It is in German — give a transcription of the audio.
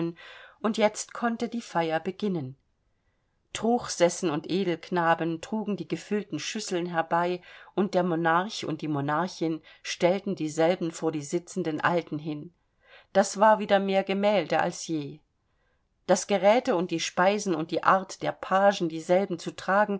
und jetzt konnte die feier beginnen truchsessen und edelknaben trugen die gefüllten schüsseln herbei und der monarch und die monarchin stellten dieselben vor die sitzenden alten hin das war wieder mehr gemälde als je das geräte und die speisen und die art der pagen dieselben zu tragen